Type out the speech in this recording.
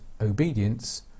obedience